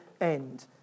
end